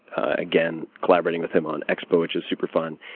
again, collaborating with him on expo, which is super fun.